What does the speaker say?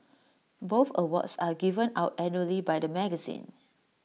both awards are given out annually by the magazine